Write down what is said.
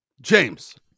James